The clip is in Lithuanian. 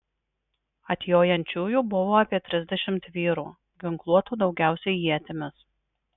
atjojančiųjų buvo apie trisdešimt vyrų ginkluotų daugiausiai ietimis